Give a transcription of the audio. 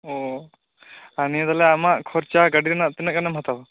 ᱚ ᱱᱤᱭᱟ ᱛᱟᱦᱚᱞᱮ ᱟᱢᱟᱜ ᱠᱷᱚᱨᱪᱟ ᱜᱟ ᱰᱤ ᱨᱮᱱᱟᱜ ᱛᱤᱱᱟᱹᱜ ᱜᱟᱱᱮᱢ ᱦᱟᱛᱟᱣᱟ